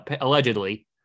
allegedly